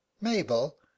mabel